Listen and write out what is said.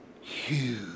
Huge